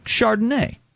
Chardonnay